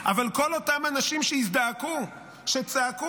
אבל כל אותם אנשים שהזדעקו, שצעקו,